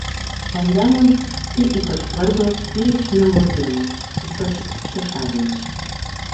vandeniams tai ypač svarbios ir reikšmingos dienos ypač šeštadienis